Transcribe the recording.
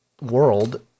world